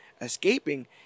escaping